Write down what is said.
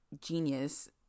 genius